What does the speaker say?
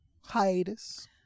hiatus